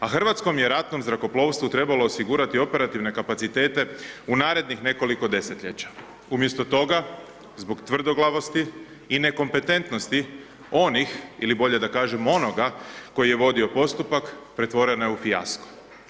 A Hrvatskom je ratnom zrakoplovstvu, trebalo osigurati operativne kapacitete, u narednih nekoliko desetljeća, umjesto toga, zbog tvrdoglavosti i nekompetentnosti onih ili bolje da kažem onoga koji je vodio postupak pretvorene u fijasko.